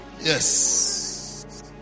Yes